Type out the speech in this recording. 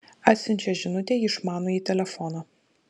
atsiunčia žinutę į išmanųjį telefoną